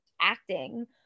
acting